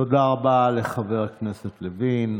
תודה רבה לחבר הכנסת לוין.